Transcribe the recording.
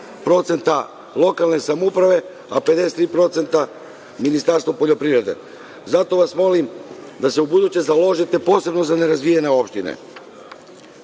– 47% lokalne samouprave, a 53% Ministarstva poljoprivrede. Zato vas molim da se ubuduće založite posebno za nerazvijene opštine. Što